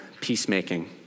peacemaking